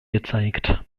gezeigt